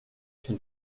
can